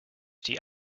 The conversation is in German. die